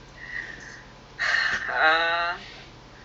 um I tak tahu I heard anak dia